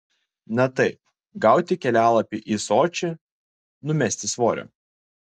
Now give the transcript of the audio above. na taip gauti kelialapį į sočį numesti svorio